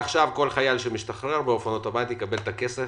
מעכשיו כל חייל שמשתחרר יקבל באופן אוטומטי את הכסף.